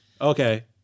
Okay